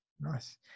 nice